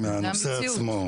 מהנושא עצמו.